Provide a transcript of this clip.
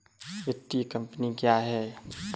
वित्तीय कम्पनी क्या है?